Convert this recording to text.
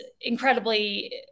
incredibly